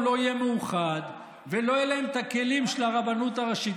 הוא לא יהיה מאוחד ולא יהיו להם את הכלים של הרבנות הראשית,